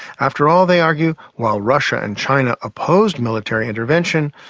after all, they argue, while russia and china opposed military intervention,